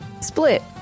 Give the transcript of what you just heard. Split